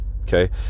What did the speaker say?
okay